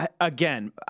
again –